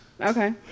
Okay